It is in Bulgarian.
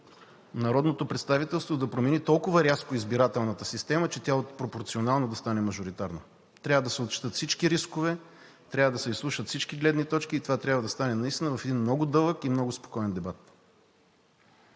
народното представителство да промени толкова рязко избирателната система, че тя от пропорционална да стане мажоритарна. Трябва да се отчетат всички рискове, трябва да се изслушат всички гледни точки и това трябва да стане наистина в един много дълъг и много спокоен дебат.